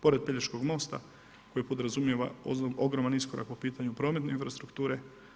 Pored Pelješkog mosta koji podrazumijeva ogroman iskorak po pitanju prometne infrastrukture.